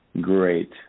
Great